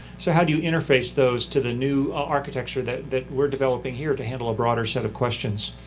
so how do you interface those to the new architecture that that we're developing here to handle a broader set of questions?